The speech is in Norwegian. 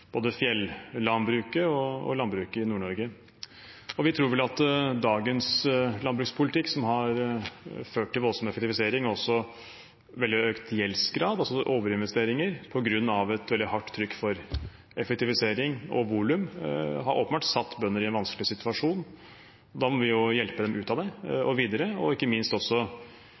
både fjellandbruket og landbruket i Nord-Norge. Vi tror vel at dagens landbrukspolitikk, som har ført til voldsom effektivisering og også veldig økt gjeldsgrad, altså overinvestering på grunn av et veldig hardt trykk for effektivisering og volum, åpenbart har satt bønder i en vanskelig situasjon. Da må vi hjelpe dem ut av den og videre, og ikke minst